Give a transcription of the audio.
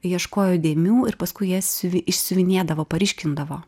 ieškojo dėmių ir paskui jas išsiuvinėdavo paryškindavo